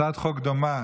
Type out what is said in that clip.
הצעת חוק דומה,